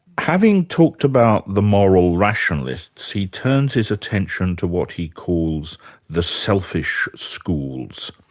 having talked about the moral rationalists, so he turns his attention to what he calls the selfish schools.